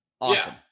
Awesome